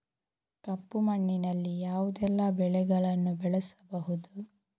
ಕಪ್ಪು ಮಣ್ಣಿನಲ್ಲಿ ಯಾವುದೆಲ್ಲ ಬೆಳೆಗಳನ್ನು ಬೆಳೆಸಬಹುದು?